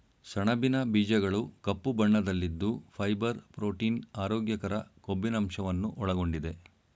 ಸಣಬಿನ ಬೀಜಗಳು ಕಪ್ಪು ಬಣ್ಣದಲ್ಲಿದ್ದು ಫೈಬರ್, ಪ್ರೋಟೀನ್, ಆರೋಗ್ಯಕರ ಕೊಬ್ಬಿನಂಶವನ್ನು ಒಳಗೊಂಡಿದೆ